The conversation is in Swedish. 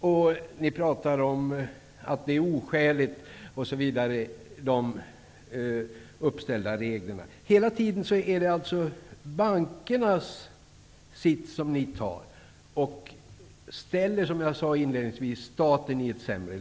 Och ni talar om att de uppställda reglerna är oskäliga osv. Hela tiden är det alltså bankernas sits som ni intar. Ni ställer staten i ett sämre läge, som jag sade inledningsvis.